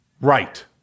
Right